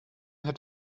had